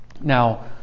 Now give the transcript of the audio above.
Now